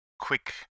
quick